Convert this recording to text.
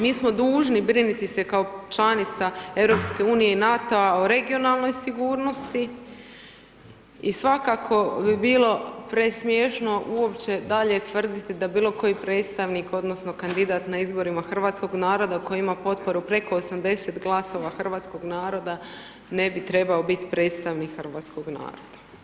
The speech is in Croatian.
Mi smo dužni brinuti se kao članica EU i NATO-a o regionalnoj sigurnosti i svakako bi bilo presmiješno uopće dalje tvrditi da bilo koji predstavnik odnosno kandidat na izborima hrvatskog naroda koji ima potporu preko 80 glasova hrvatskog naroda, ne bi trebao biti predstavnik hrvatskog naroda.